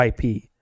IP